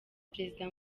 perezida